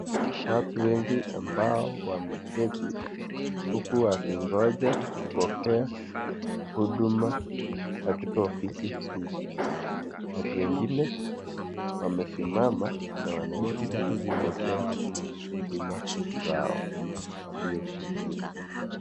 Watu wengi ambao wameketi huku wakingoja kupokea huduma katika ofisi hii. Watu wengine wamesimama na wanaendelea kupokea huduma zao waliokujia.